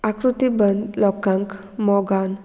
आकृती बंद लोकांक मोगान